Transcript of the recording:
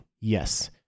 yes